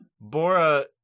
Bora